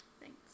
thanks